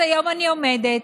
אז היום אני עומדת,